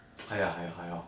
haya haya haya